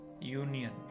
union